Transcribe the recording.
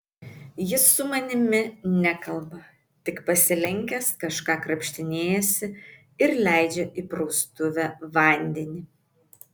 jis su manimi nekalba tik pasilenkęs kažką krapštinėjasi ir leidžia į praustuvę vandenį